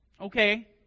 Okay